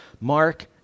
Mark